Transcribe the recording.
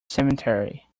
cemetery